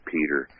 Peter